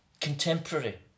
contemporary